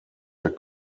der